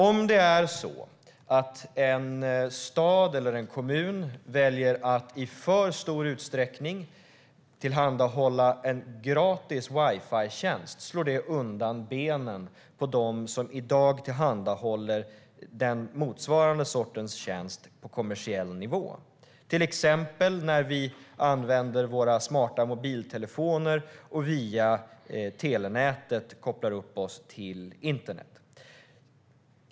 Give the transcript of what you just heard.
Om en stad eller kommun väljer att i för stor utsträckning tillhandahålla en gratis wifi-tjänst slår det undan benen på dem som i dag tillhandahåller motsvarande sortens tjänst på kommersiell nivå. Det är när vi till exempel använder våra smarta mobiltelefoner och via telenätet kopplar upp oss till internet.